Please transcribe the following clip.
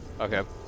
Okay